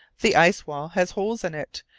the ice wall has holes in it,